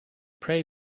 pray